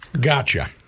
Gotcha